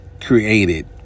created